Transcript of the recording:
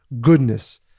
goodness